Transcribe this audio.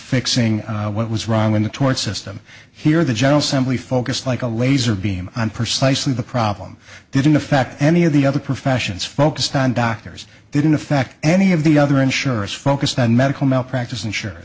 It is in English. fixing what was wrong in the tort system here the general simply focused like a laser beam on persuasive the problem didn't affect any of the other professions focused on doctors didn't affect any of the other insurers focused on medical malpractise insur